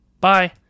Bye